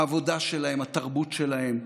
העבודה שלהם, התרבות שלהם,